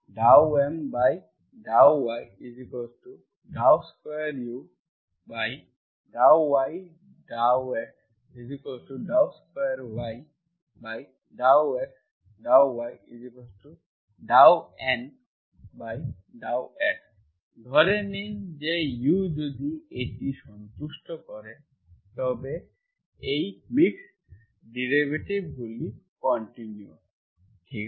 ∂M∂y2u∂y ∂x2u∂x ∂y∂N∂x ধরে নিন যে u যদি এটি সন্তুষ্ট করে তবে এই মিক্স ডেরিভেটিভগুলি কন্টিনুয়াস ঠিক আছে